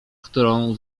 którą